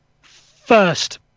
first